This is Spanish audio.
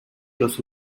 los